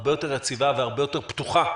הרבה יותר יציבה והרבה יותר פתוחה,